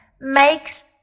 makes